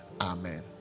amen